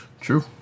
True